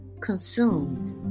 Consumed